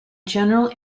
general